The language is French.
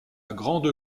grande